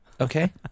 Okay